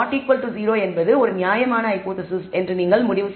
0 என்பது ஒரு நியாயமான ஹைபோதேசிஸ் என்று நீங்கள் முடிவு செய்யலாம்